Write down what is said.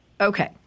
Okay